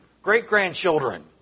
Great-grandchildren